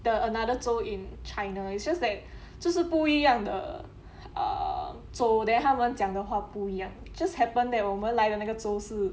the another 州 in china it's just that 就是不一样的 uh 州 then 他们讲的话不一样 just happen that 我们来的那个州是